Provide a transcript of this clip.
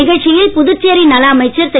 நிகழ்ச்சியில் புதுச்சேரி நல அமைச்சர் திரு